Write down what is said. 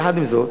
יחד עם זאת,